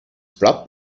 blatt